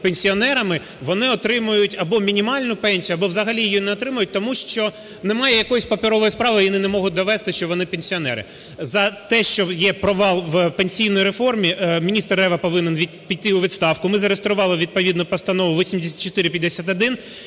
пенсіонерами, вони отримають або мінімальну пенсію, або взагалі її не отримають, тому що немає якоїсь паперової справи, і вони не можуть довести, що вони – пенсіонери. За те, що є провал в пенсійній реформі, міністр Рева повинен піти у відставку. Ми зараз зареєстрували відповідну Постанову 8451.